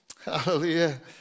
Hallelujah